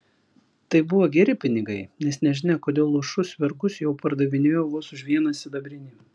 tai buvo geri pinigai nes nežinia kodėl luošus vergus jau pardavinėjo vos už vieną sidabrinį